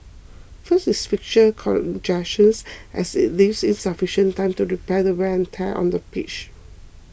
first is fixture congestions as it leaves insufficient time to repair the wear and tear on the pitch